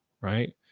right